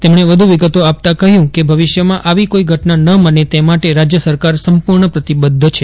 તેમણે વધુ વિગતો આપતા કહ્યું કે ભવિષ્યમાં આવી કોઇ ઘટના ન બને તે માટે રાજ્ય સરકાર સંપુર્ણ પ્રતિબદ્ધ છે